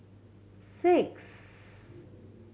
six